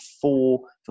four